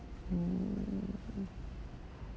hmm